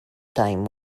time